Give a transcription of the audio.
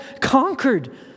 conquered